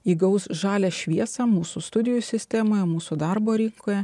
įgaus žalią šviesą mūsų studijų sistemoje mūsų darbo rinkoje